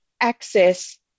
access